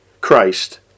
Christ